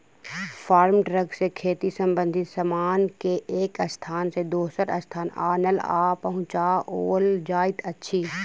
farm truck सॅ खेती संबंधित सामान के एक स्थान सॅ दोसर स्थान आनल आ पहुँचाओल जाइत अछि